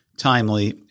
Timely